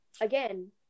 again